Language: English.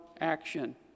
action